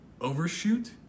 overshoot